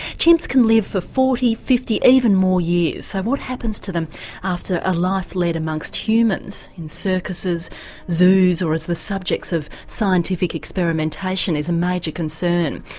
chimps can live for forty, fifty even more years, so what happens to them after a life led among so humans in circuses, in zoos, or as the subjects of scientific experimentation is a major concern.